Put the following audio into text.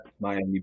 Miami